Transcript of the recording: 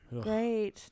Great